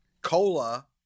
cola